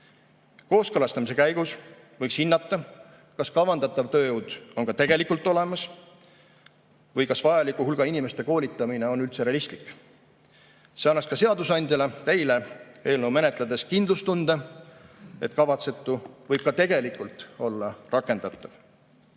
Kooskõlastamise käigus võiks hinnata, kas kavandatav tööjõud on ka tegelikult olemas või kas vajaliku hulga inimeste koolitamine on üldse realistlik. See annaks ka seadusandjale, teile, eelnõu menetledes kindlustunde, et kavatsetu võib ka tegelikult olla rakendatav.